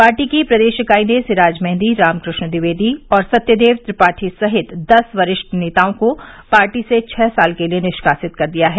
party की प्रदेश इकाई ने सिराज मेहंदी राम कृष्ण द्विवेदी और सत्यदेव त्रिपाठी सहित दस वरिष्ठ नेताओं को पार्टी से छह साल से निष्कासित कर दिया है